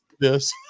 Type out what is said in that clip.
Yes